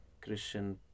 Christian